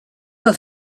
have